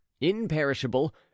imperishable